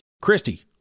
Christy